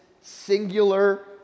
singular